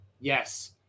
Yes